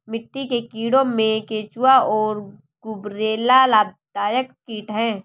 मिट्टी के कीड़ों में केंचुआ और गुबरैला लाभदायक कीट हैं